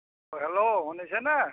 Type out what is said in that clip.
অঁ হেল্ল' শুনিছেনে